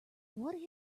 what